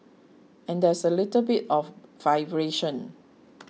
and there's a little bit of vibration